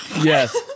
Yes